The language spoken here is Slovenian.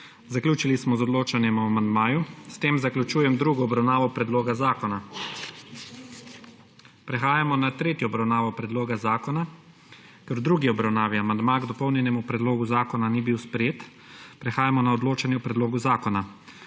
Zaključili smo z odločanjem o amandmaju. S tem zaključujem drugo obravnavo predloga zakona. Prehajamo na tretjo obravnavo predloga zakona. Ker v drugi obravnavi amandma k dopolnjenemu predlogu zakona ni bil sprejet, prehajamo na odločanje o predlogu zakona.